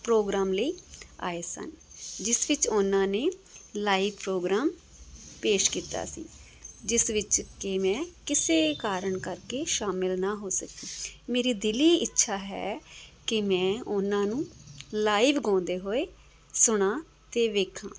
programme ਲਈ ਆਏ ਸਨ ਜਿਸ ਵਿੱਚ ਉਹਨਾਂ ਨੇ ਲਾਈਵ ਪ੍ਰੋਗਰਾਮ ਪੇਸ਼ ਕੀਤਾ ਸੀ ਜਿਸ ਵਿੱਚ ਕਿ ਮੈਂ ਕਿਸੇ ਕਾਰਣ ਕਰਕੇ ਸ਼ਾਮਿਲ ਨਾ ਹੋ ਸਕੀ ਮੇਰੇ ਦਿਲੀ ਇੱਛਾ ਹੈ ਕਿ ਮੈਂ ਉਹਨਾਂ ਨੂੰ ਲਾਈਵ ਗਾਉਂਦੇ ਹੋਏ ਸੁਣਾ ਅਤੇ ਵੇਖਾਂ